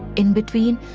in between,